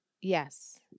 Yes